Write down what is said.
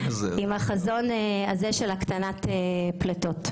הסביבה ולהקטנת פליטות.